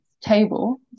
table